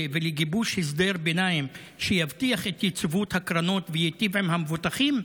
ולגיבוש הסדר ביניים שיבטיח את יציבות הקרנות וייטיב עם המבוטחים,